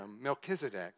Melchizedek